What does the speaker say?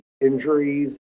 injuries